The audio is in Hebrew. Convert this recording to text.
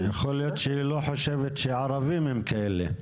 --- יכול להיות שהיא לא חושבת שערבים הם כאלה.